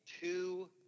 two